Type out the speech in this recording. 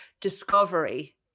discovery